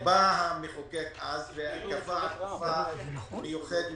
בא המחוקק וכפה תקופה מיוחדת,